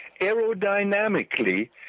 Aerodynamically